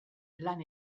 lan